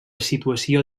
situació